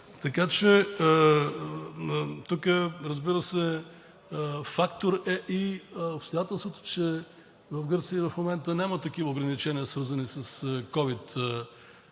граница. Тук, разбира се, фактор е и обстоятелството, че в Гърция в момента няма такива ограничения, свързани с ковид